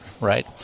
right